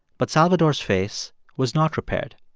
but salvador's face was not repaired.